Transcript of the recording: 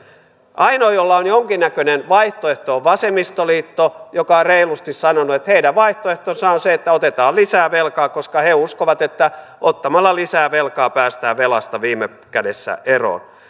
ainoa jolla on jonkinnäköinen vaihtoehto on vasemmistoliitto joka on reilusti sanonut että heidän vaihtoehtonsa on se että otetaan lisää velkaa koska he uskovat että ottamalla lisää velkaa päästään velasta viime kädessä eroon